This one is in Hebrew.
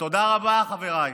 תודה רבה, חבריי.